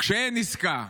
כשאין עסקה.